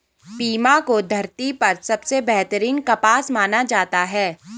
Pima को धरती पर सबसे बेहतरीन कपास माना जाता है